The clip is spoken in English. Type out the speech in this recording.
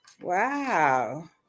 Wow